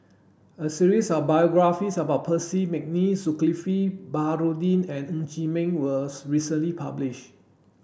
a series of biographies about Percy McNeice Zulkifli Baharudin and Ng Chee Meng was recently publish